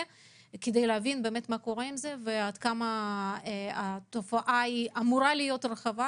כדי להבין מה קורה עם זה ועד כמה התופעה אמורה להיות רחבה,